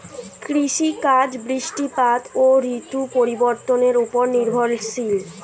কৃষিকাজ বৃষ্টিপাত ও ঋতু পরিবর্তনের উপর নির্ভরশীল